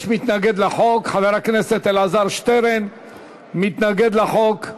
יש מתנגד לחוק, חבר הכנסת אלעזר שטרן מתנגד לחוק.